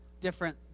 different